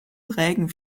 prägen